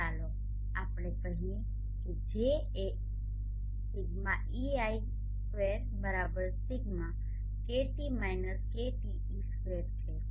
તો ચાલો આપણે કહીએ કે J એ Σei2 Σ છે